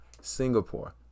Singapore